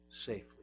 safely